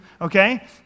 okay